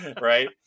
right